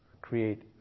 create